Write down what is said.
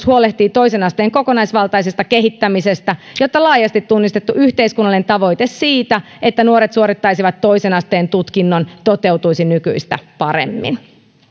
huolehtii toisen asteen kokonaisvaltaisesta kehittämisestä jotta laajasti tunnistettu yhteiskunnallinen tavoite siitä että nuoret suorittaisivat toisen asteen tutkinnon toteutuisi nykyistä paremmin